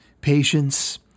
Patience